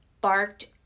barked